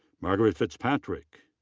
margaret fitzpatrick.